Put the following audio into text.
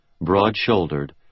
broad-shouldered